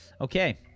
Okay